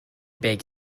beg